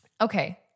Okay